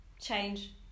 Change